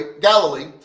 Galilee